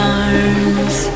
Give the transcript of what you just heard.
arms